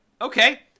Okay